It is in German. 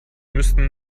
müssten